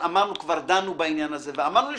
כבר דנו בעניין הזה, ואמרנו לפי